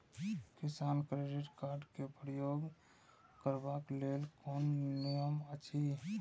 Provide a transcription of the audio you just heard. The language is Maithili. किसान क्रेडिट कार्ड क प्रयोग करबाक लेल कोन नियम अछि?